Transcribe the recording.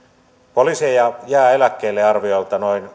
poliiseja jää eläkkeelle arviolta noin